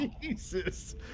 Jesus